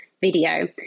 video